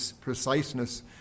preciseness